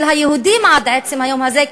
של היהודים עד עצם היום הזה,